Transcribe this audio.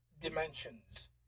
dimensions